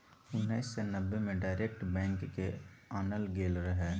उन्नैस सय नब्बे मे डायरेक्ट बैंक केँ आनल गेल रहय